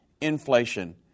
inflation